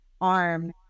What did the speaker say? arm